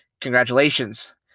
Congratulations